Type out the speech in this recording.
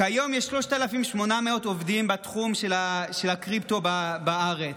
כיום יש 3,800 עובדים בתחום של הקריפטו בארץ,